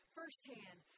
firsthand